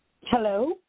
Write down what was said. Hello